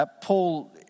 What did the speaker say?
Paul